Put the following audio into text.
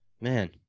man